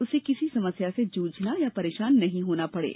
उसे किसी समस्या से जूझना अथवा परेशान नहीं होना पडे